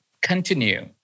continue